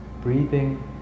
Breathing